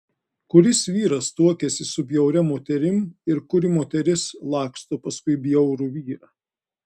kuris vyras tuokiasi su bjauria moterim ir kuri moteris laksto paskui bjaurų vyrą